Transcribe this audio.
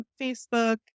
Facebook